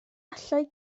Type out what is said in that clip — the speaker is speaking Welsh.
allai